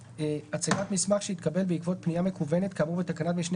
הצגת מסמך שהתקבל בעקבות פנייה מקוונת כאמור בתקנת משנה